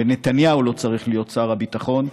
ונתניהו לא צריך להיות שר הביטחון,